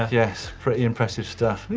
yes, pretty impressive stuff.